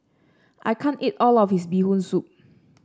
I can't eat all of this Bee Hoon Soup